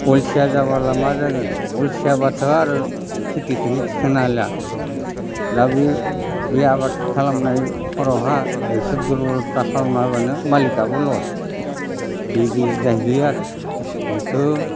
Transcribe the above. अलसिया जाबोला मा जागोन अलसियाब्लाथ' आरो खिथिखोनो थिखांनो हालिया दा बे बै आबाद खालामनाय खरावहा बिसोर दुरबलथा खालामब्लानो मालिकाबो लस बिदि जाहैयो आरो बिथ'